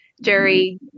Jerry